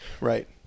Right